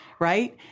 right